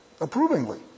approvingly